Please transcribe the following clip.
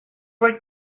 like